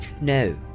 No